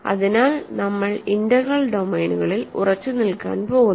അതിനാൽ നമ്മൾ ഇന്റഗ്രൽ ഡൊമെയ്നുകളിൽ ഉറച്ചുനിൽക്കാൻ പോകുന്നു